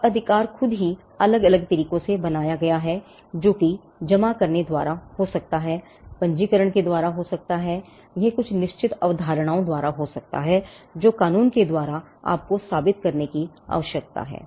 अब अधिकार खुद ही अलग अलग तरीकों से बनाया गया है जो कि जमा करने के द्वारा हो सकता है यह पंजीकरण के द्वारा हो सकता है यह कुछ निश्चित अवधारणाओं द्वारा हो सकता है जो कानून के द्वारा आपको साबित करने की आवश्यकता है